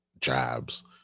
jabs